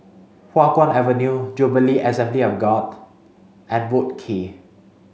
Hua Guan Avenue Jubilee Assembly of God and Boat Quay